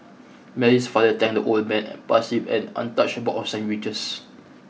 Mary's father thanked the old man and passed him an untouched box of sandwiches